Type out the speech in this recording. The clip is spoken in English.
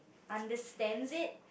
understands it